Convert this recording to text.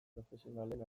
profesionalen